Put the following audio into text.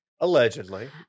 Allegedly